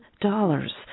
dollars